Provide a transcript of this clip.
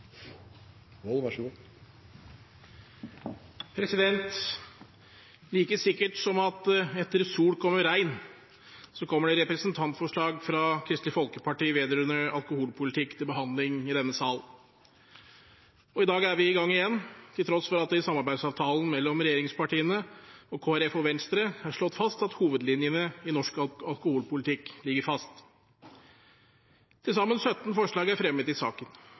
Like sikkert som at etter sol kommer regn, kommer det representantforslag fra Kristelig Folkeparti vedrørende alkoholpolitikk til behandling i denne sal. I dag er vi i gang igjen, til tross for at det i samarbeidsavtalen mellom regjeringspartiene og Kristelig Folkeparti og Venstre er slått fast at hovedlinjene i norsk alkoholpolitikk ligger fast. Til sammen 17 forslag er fremmet i saken.